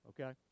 okay